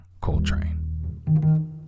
coltrane